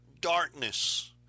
darkness